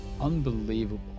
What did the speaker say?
Unbelievable